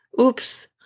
Oops